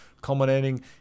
culminating